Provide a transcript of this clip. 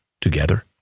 together